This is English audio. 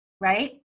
right